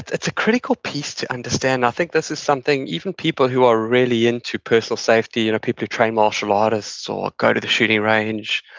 it's a critical piece to understand. i think this is something even people who are really into personal safety, you know people who train martial artists or go to the shooting range,